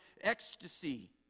ecstasy